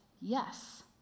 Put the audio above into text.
yes